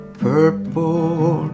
purple